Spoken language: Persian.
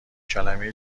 کلمه